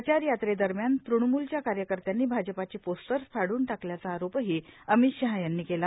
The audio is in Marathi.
प्रचारयात्रे दरम्यान तृणम्लच्या कार्यकर्त्यांनी भाजपाचे पोस्टर्स फाड्रन टाकल्याचा आरोपही अमीत शहा यांनी केला